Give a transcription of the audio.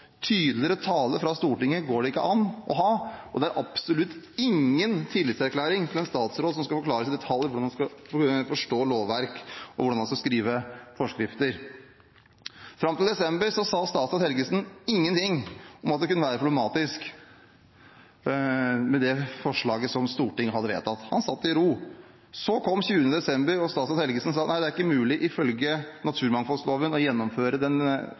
Tydeligere tale fra Stortinget går det ikke an å ha, og det er absolutt ingen tillitserklæring til en statsråd som skal forklares i detalj hvordan han skal forstå lovverk, og hvordan han skal skrive forskrifter. Fram til desember sa statsråd Helgesen ingenting om at det kunne være problematisk med det forslaget som Stortinget hadde vedtatt. Han satt i ro. Så kom 20. desember, og statsråd Helgesen sa at nei, det er ikke mulig ifølge naturmangfoldloven å gjennomføre den